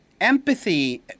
Empathy